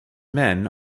men